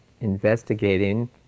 investigating